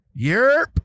Yerp